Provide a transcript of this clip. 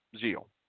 Zeal